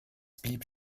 blieb